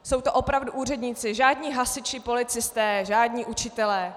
Jsou to opravdu úředníci, žádní hasiči, policisté, žádní učitelé.